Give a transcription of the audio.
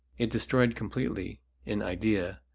it destroyed completely in idea,